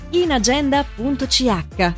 inagenda.ch